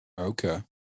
Okay